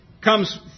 comes